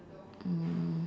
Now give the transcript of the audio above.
um